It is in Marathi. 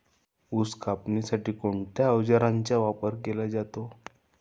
ऊस कापण्यासाठी कोणत्या अवजारांचा उपयोग केला जातो?